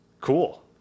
Cool